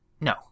No